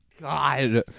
God